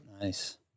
Nice